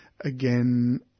again